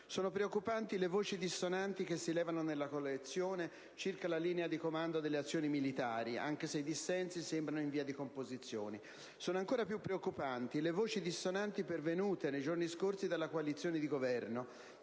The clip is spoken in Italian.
Sono preoccupanti le voci dissonanti che si levano dalla coalizione circa la linea di comando delle azioni militari, anche se i dissensi sembrano in via di composizione. Sono ancora più preoccupanti le voci dissonanti pervenute nei giorni scorsi dalla coalizione di Governo.